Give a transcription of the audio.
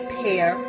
pair